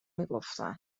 میگفتن